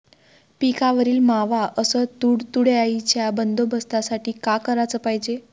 पिकावरील मावा अस तुडतुड्याइच्या बंदोबस्तासाठी का कराच पायजे?